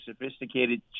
sophisticated